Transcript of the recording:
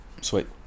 sweet